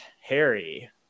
Harry